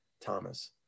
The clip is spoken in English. Thomas